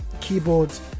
Keyboards